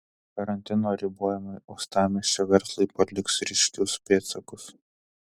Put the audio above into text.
karantino ribojimai uostamiesčio verslui paliks ryškius pėdsakus